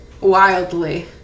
wildly